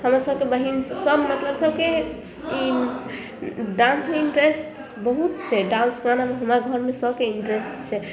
हमरा सभके बहीन सभ मतलब सभके ई डांसमे इंटरेस्ट बहुत छै डांस गानामे हमरा घरमे सभके इंटरेस्ट छै